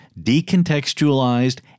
decontextualized